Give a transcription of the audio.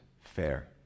fair